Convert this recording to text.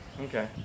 Okay